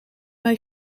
mij